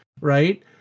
right